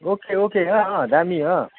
okay okay अँ अँ दामी अँ